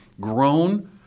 grown